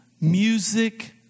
music